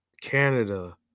Canada